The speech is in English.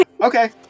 Okay